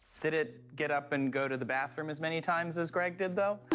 did it get up and go to the bathroom as many times as greg did, though?